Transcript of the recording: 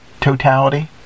totality